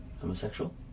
homosexual